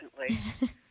recently